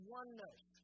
oneness